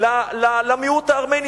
למיעוט הארמני,